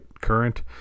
current